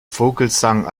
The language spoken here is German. vogelsang